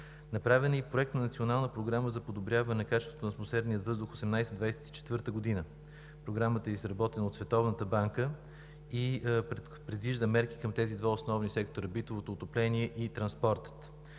Направен е и Проект на национална програма за подобряване качеството на атмосферния въздух 2018 – 2024 г. Програмата е изработена от Световната банка и предвижда мерки към тези два основни сектора – битовото отопление и транспорта.